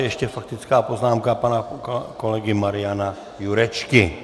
Ještě faktická poznámka pana kolegy Mariana Jurečky.